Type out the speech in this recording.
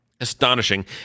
astonishing